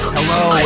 Hello